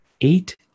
Eight